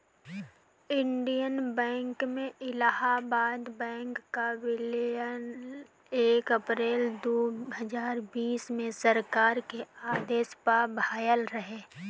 Indian Bank में Allahabad bank कअ विलय एक अप्रैल दू हजार बीस में सरकार के आदेश पअ भयल रहे